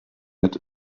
had